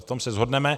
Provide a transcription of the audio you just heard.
V tom se shodneme.